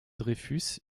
dreyfus